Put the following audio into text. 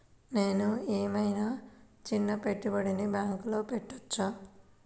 నేను ఏమయినా చిన్న పెట్టుబడిని బ్యాంక్లో పెట్టచ్చా?